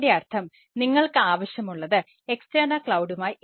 അതിൻറെ അർത്ഥം നിങ്ങൾക്ക് ആവശ്യമുള്ളത് എക്സ്റ്റേണൽ ക്ലൌഡുമായി